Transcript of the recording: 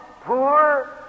poor